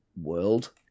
world